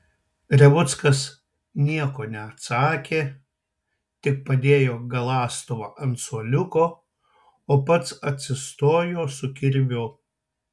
revuckas nieko neatsakė tik padėjo galąstuvą ant suoliuko o pats atsistojo su kirviu